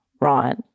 right